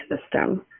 system